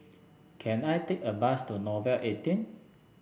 can I take a bus to Nouvel eighteen